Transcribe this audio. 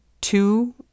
two